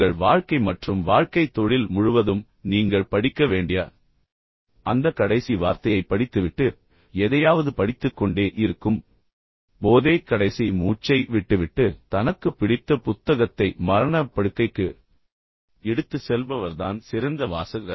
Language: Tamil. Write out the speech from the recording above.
உங்கள் வாழ்க்கை மற்றும் வாழ்க்கை தொழில் முழுவதும் நீங்கள் படிக்க வேண்டிய அந்த கடைசி வார்த்தையைப் படித்துவிட்டு எதையாவது படித்துக்கொண்டே இருக்கும் போதே கடைசி மூச்சை விட்டுவிட்டு தனக்குப் பிடித்த புத்தகத்தை மரணப் படுக்கைக்கு எடுத்துச் செல்பவர்தான் சிறந்த வாசகர்